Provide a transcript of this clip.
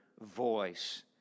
voice